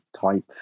type